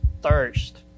thirst